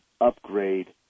upgrade